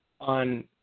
on